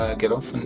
ah get off, and,